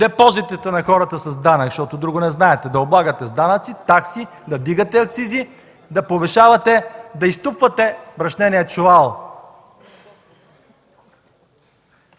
депозитите на хората с данък, защото друго не знаете – облагате с данъци, с такси, вдигате акцизи, повишавате, изтупвате брашнения чувал!